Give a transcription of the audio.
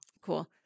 cool